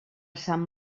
sant